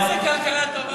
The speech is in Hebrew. איזה כלכלה טובה.